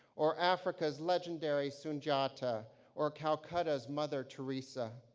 or africa's legendary sundiata or calcutta's mother teresa,